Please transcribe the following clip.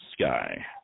sky